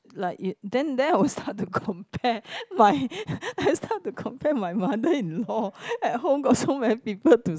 like it then there I will start to compare my I start to compare my mother-in-law at home got so many people to